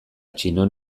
chinon